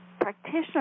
practitioner